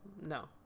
no